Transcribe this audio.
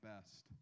best